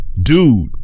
dude